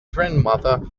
grandmother